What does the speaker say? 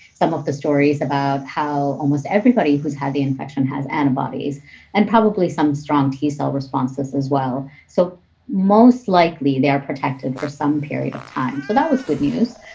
some of the stories about how almost everybody who's had the infection has antibodies and probably some strong t cell responses as well. so most likely they are protected for some period of time. so that was good news,